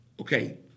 Okay